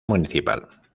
municipal